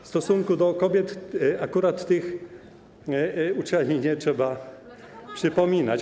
W stosunku do kobiet akurat tych uczelni nie trzeba przypominać.